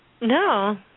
No